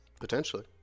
potentially